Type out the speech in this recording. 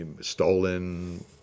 stolen